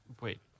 Wait